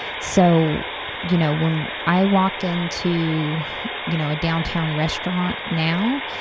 so you know when i walk into you know a downtown restaurant now,